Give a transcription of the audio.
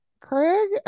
craig